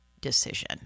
decision